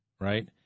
Right